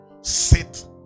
sit